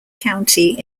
county